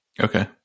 Okay